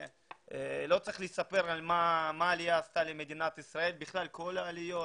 לא צריך לספר מה עשתה העלייה למדינת ישראל ואני מתייחס לכל העליות.